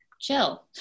chill